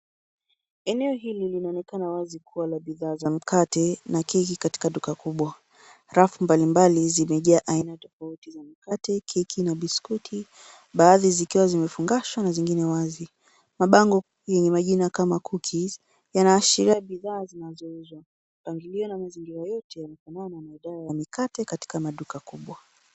Eneo hili linaonekana wazi kuwa la bidhaa za mkate na keki katika duka kubwa. Rafu mbalimbali zimejaa aina tofauti za mikate, keki na bisikuti, baadhi zikiwa zimefungashwa na zingine wazi. Mabango yenye majina kama cookies yanaashiria bidhaa zinazouzwa. Pangalio na mazingira yote yanafanana na idara ya mikate katika maduka kubwa.